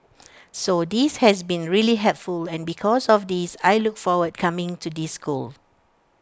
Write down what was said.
so this has been really helpful and because of this I look forward coming to this school